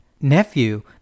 Nephew